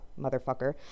Motherfucker